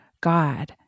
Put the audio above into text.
God